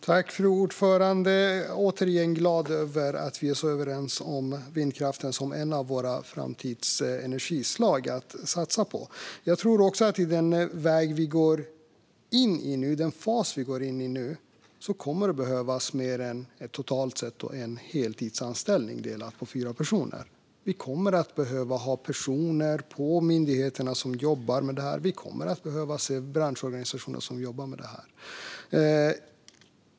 Fru talman! Jag är återigen glad över att vi är så överens om vindkraften som ett av framtidens energislag att satsa på. Jag tror också att det i den fas vi nu går in i kommer att behövas mer än totalt sett en heltidstjänst fördelad på fyra personer. Vi kommer att behöva personer som jobbar med detta på myndigheterna och inom branschorganisationer.